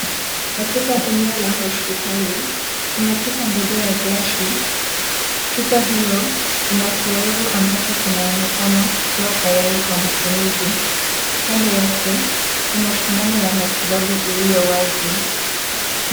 Katika eneo la hospitali kuna chupa ndogo ya glasi, chupa hiyo ina kiyoevu ambazo kinaonekana kikiwa tayari Kwa matumizi ,kando yake kuna sindano ya matibabu iliyo wazi.